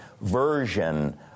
version